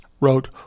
wrote